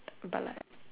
but like